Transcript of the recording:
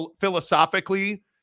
philosophically